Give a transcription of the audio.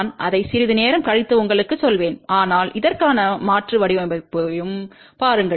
நான் அதை சிறிது நேரம் கழித்து உங்களுக்குச் சொல்வேன் ஆனால் இதற்கான மாற்று வடிவமைப்பையும் பாருங்கள்